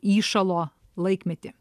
įšalo laikmetį